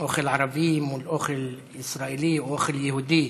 אוכל ערבי מול אוכל ישראלי, אוכל יהודי.